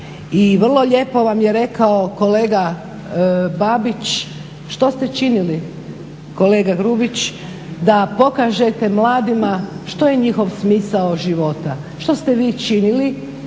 I vrlo lijepo vam je rekao kolega Babić što ste činili kolega Grubišić da pokažete mladima što je njihov smisao života? Što ste vi činili